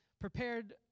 prepared